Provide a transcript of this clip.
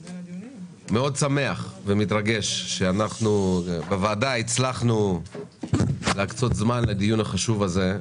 שמח מאוד ומתרגש שאנחנו בוועדה הצלחנו להקצות זמן לדיון החשוב הזה,